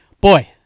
boy